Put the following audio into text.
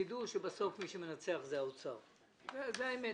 תדעו שבסוף מי שמנצח הוא משרד האוצר, זה האמת,